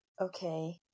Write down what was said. Okay